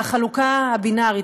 והחלוקה הבינרית,